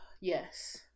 Yes